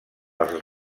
els